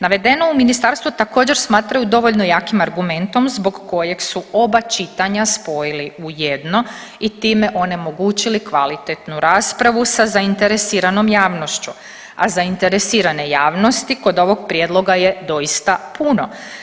Navedeno u ministarstvu također smatraju dovoljno jakim argumentom zbog kojeg su oba čitanja spojili u jedno i time onemogućili kvalitetnu raspravu da zainteresiranom javnošću, a zainteresirane javnosti kod ovog prijedloga je doista puno.